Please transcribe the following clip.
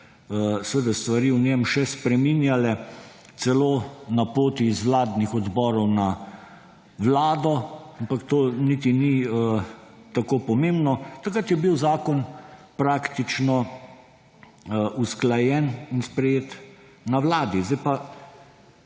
so se stvari še v njem še spreminjale, celo na poti z vladnih odborov na Vlado, ampak to niti ni tako pomembno. Takrat je bil zakon praktično usklajen in sprejet na Vladi. Sedaj pa,